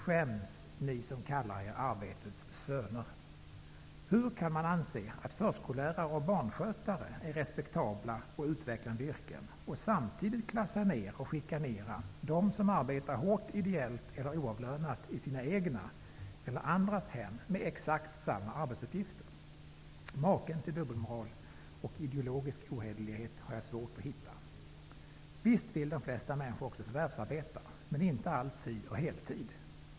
Skäms, ni som kallar er arbetets söner! Hur kan man anse att förskollärare och barnskötare har respektabla och utvecklande yrken, samtidigt som man klassar ner och chikanerar dem som med exakt samma arbetsuppgifter arbetar hårt, ideellt och oavlönat i sina egna eller andras hem? Maken till dubbelmoral och ideologisk ohederlighet har jag svårt att hitta. Visst vill de flesta människor också förvärvsarbeta -- men inte alltid och på heltid.